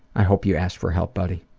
i hope you ask for help buddy,